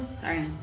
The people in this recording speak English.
Sorry